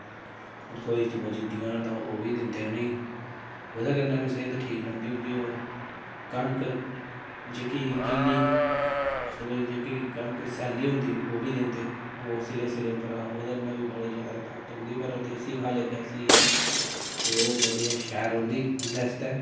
रसोई च बची दियां तां ओह् बी दिंदे उ'नें गी ओह्दे कन्नै बी सेह्त ठीक रौंह्दी उं'दी और कनक जेह्की गिल्ली जेह्की कनक सैल्ली होंदी उब्भी दिंदे ओह् सिले सिले उप्परां ओह्दे कन्नै बी बड़ी जैदा ताकत औंदी पर देसी खल इक ऐसी ऐ कि ओह् बड़ी शैल रौंह्दी उं'दे आस्तै